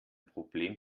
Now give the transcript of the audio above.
problem